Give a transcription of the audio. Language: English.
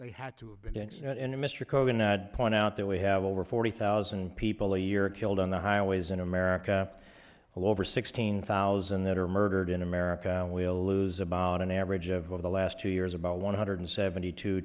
that point out that we have over forty thousand people a year killed on the highways in america over sixteen thousand that are murdered in america we'll lose about an average of over the last two years about one hundred seventy two